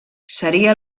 seria